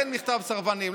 כן מכתב סרבנים,